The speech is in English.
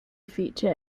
feature